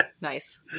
Nice